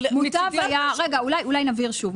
רגע, אולי נבהיר שוב.